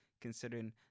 considering